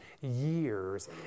years